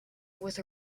with